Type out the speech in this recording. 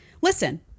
listen